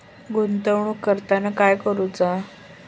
गुंतवणूक करताना काय करुचा?